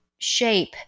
shape